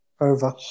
Over